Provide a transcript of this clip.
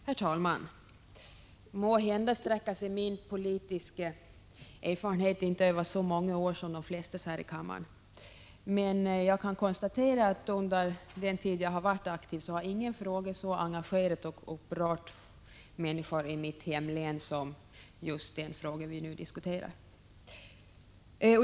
Herr talman! Måhända sträcker sig min politiska erfarenhet inte över så många år som för de flesta andra här i kammaren, men jag kan konstatera att under den tid jag varit politiskt aktiv har ingen fråga så engagerat och upprört människor i mitt hemlän som just den fråga vi nu diskuterar.